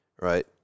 right